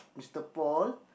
Mister Paul